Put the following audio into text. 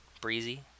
breezy